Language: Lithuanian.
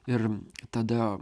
ir tada